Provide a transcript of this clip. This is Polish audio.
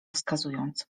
wskazując